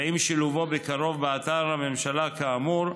ועם שילובו בקרוב באתר הממשלה כאמור,